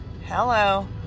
Hello